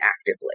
actively